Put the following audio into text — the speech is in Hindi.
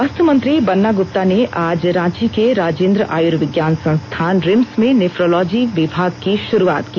स्वास्थ्य मंत्री बन्ना गुप्ता ने आज रांची के राजेंद्र आयुर्विज्ञान संस्थान रिम्स में नेफ्रोलॉजी विभाग की शुरुआत की